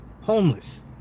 Homeless